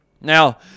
Now